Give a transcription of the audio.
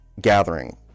Gathering